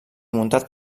muntat